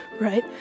right